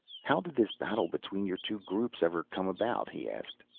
how did this battle between your two groups ever come about? he asked.